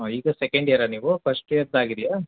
ಹಾಂ ಈಗ ಸೆಕೆಂಡ್ ಇಯರಾ ನೀವು ಫಸ್ಟ್ ಇಯರ್ದು ಆಗಿದೆಯಾ